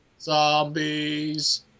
Zombies